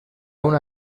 una